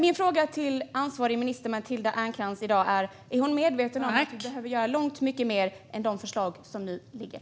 Min fråga till ansvarig minister Matilda Ernkrans i dag är: Är hon medveten om att vi behöver göra långt mycket mer än vad som framgår av de förslag som nu ligger?